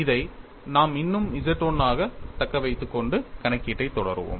இதை நாம் இன்னும் Z 1 ஆக தக்க வைத்துக் கொண்டு கணக்கீட்டைத் தொடருவோம்